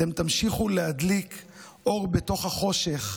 אתם תמשיכו להדליק אור בתוך החושך,